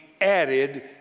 added